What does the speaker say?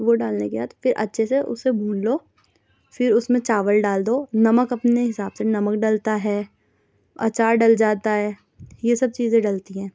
وہ ڈالنے کے بعد پھر اچھے سے اسے بھون لو پھر اس میں چاول دال دو نمک اپنے حساب سے نمک ڈلتا ہے اچار ڈل جاتا ہے یہ سب چیزیں ڈلتی ہیں